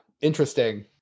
interesting